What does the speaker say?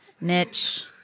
niche